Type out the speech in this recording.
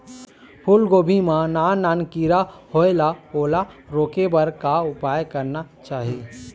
फूलगोभी मां नान नान किरा होयेल ओला रोके बर का उपाय करना चाही?